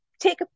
Take